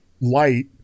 light